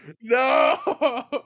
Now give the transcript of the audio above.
no